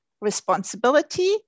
responsibility